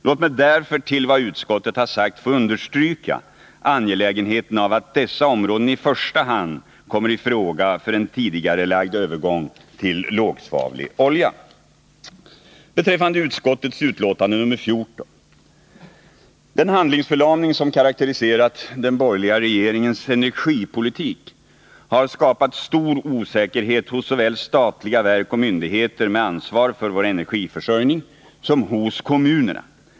Låt mig därför utöver vad utskottet har sagt få understryka angelägenheten av att dessa områden i första hand kommer i fråga för en tidigarelagd övergång till lågsvavlig olja. Beträffande utskottets betänkande 14: Den handlingsförlamning som karakteriserat den borgerliga regeringens energipolitik har skapat stor osäkerhet såväl hos statliga verk och myndigheter med ansvar för vår energiförsörjning som hos kommunerna.